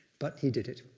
but he did it.